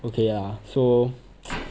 okay ah so